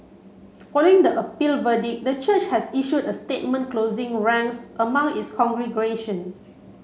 following the appeal verdict the church has issued a statement closing ranks among its congregation